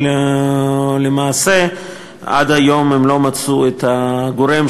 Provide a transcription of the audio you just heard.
אבל למעשה עד היום הם לא מצאו את הגורם